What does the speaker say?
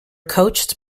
coached